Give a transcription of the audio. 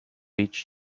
each